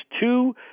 two